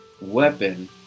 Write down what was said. weapon